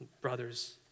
brothers